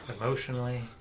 Emotionally